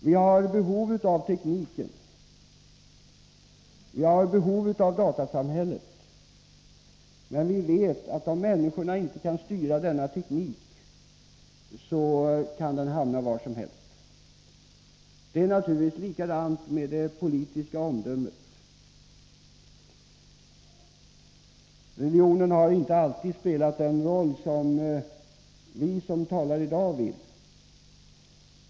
Vi har behov av tekniken, vi har behov av data — men vi vet att om människorna inte kan styra denna teknik, så kan den leda vart som helst. Det är naturligtvis likadant med de politiska värderingarna. Religionen har inte alltid spelat den roll som vi som talar i dag önskar.